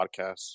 podcasts